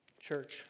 Church